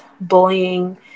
bullying